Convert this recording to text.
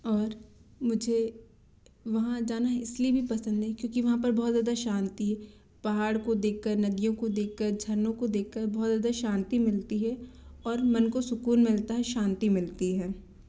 और मुझे वहाँ जाना इसलिए भी पसंद है क्योंकि वहाँ पर बहुत ज़्यादा शांति है पहाड़ को देखकर नदियों को देखकर झड़नो को देखकर बहुत ज़्यादा शांति मिलती है और मन को सुकून मिलता है शांति मिलती है